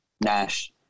Nash